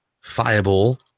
Fireball